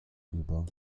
über